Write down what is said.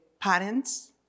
parents